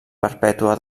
perpètua